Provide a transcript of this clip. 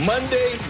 Monday